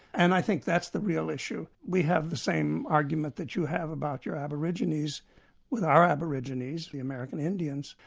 and i think that's the real issue. we have the same argument that you have about your aborigines with our aborigines, the american indians,